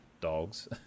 dogs